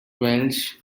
welsh